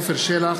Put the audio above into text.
רועי פולקמן,